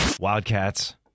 Wildcats